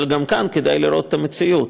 אבל גם כאן כדאי לראות את המציאות.